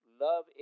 love